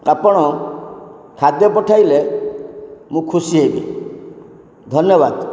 ଆପଣ ଖାଦ୍ୟ ପଠାଇଲେ ମୁଁ ଖୁସି ହେବି ଧନ୍ୟବାଦ